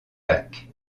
lac